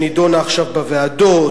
שנדונה עכשיו בוועדות,